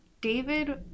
David